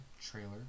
trailer